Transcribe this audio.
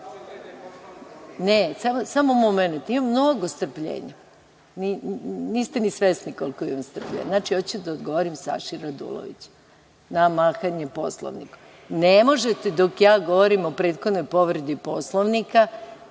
hvala. Samo momenat, imam mnogo strpljenja, niste ni svesni koliko imam strpljenja. Znači, hoću da odgovorim Saši Raduloviću na mahanje Poslovnikom. Ne možete dok ja govorim o prethodnoj povredi Poslovnika